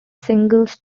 singles